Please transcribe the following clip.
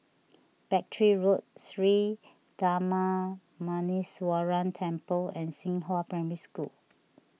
Battery Road Sri Darma Muneeswaran Temple and Xinghua Primary School